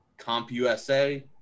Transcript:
CompUSA